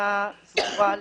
רשימה סגורה.